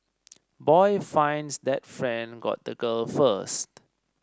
boy finds that friend got the girl first